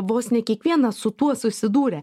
vos ne kiekvienas su tuo susidūrę